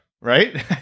Right